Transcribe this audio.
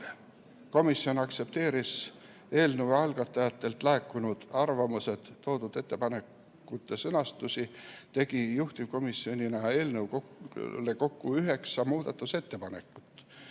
Komisjon aktsepteeris eelnõu algatajatelt laekunud arvamusi ja toodud ettepanekute sõnastusi ning tegi juhtivkomisjonina eelnõu kohta kokku üheksa muudatusettepanekut.